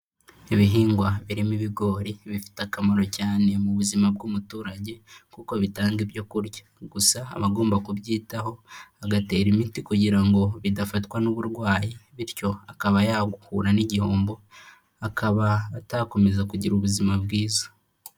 Ibihingwa birimo ibigori, bifite akamaro cyane mu buzima bw'umuturage kuko bitanga ibyo kurya, gusa abagomba kubyitaho, agatera imiti kugira ngo bidafatwa n'uburwayi, bityo akaba yahura n'igihombo, akaba atakomeza kugira ubuzima bwiza.